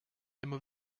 immer